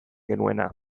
genuena